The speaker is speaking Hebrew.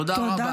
תודה רבה.